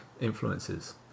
influences